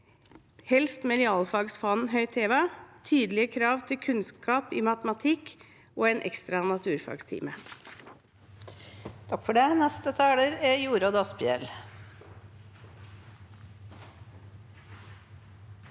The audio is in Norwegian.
helst med realfagsfanen høyt hevet, med tydelige krav til kunnskap i matematikk og en ekstra naturfagstime.